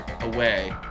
away